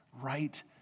right